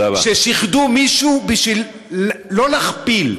ששיחדו מישהו בשביל שלא להכפיל.